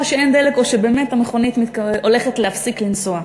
שאין דלק או שבאמת המכונית הולכת להפסיק לנסוע.